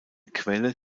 quelle